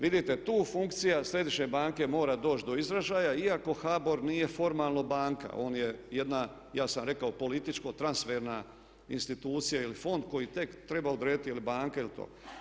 Vidite tu funkcija Središnje banke mora doći do izražaja iako HBOR nije formalno banka, on je jedna ja sam rekao političko-transferna institucija ili fond koji tek treba odrediti je li banka ili to.